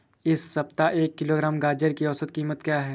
इस सप्ताह एक किलोग्राम गाजर की औसत कीमत क्या है?